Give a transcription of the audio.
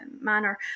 manner